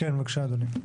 כן, בבקשה אדוני.